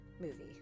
movie